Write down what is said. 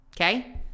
okay